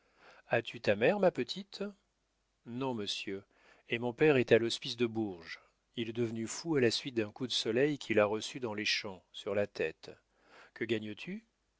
as-tu ta mère ma petite non monsieur et mon père est à l'hospice de bourges il est devenu fou à la suite d'un coup de soleil qu'il a reçu dans les champs sur la tête que